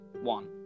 one